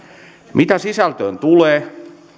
mitä sisältöön tulee